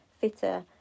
fitter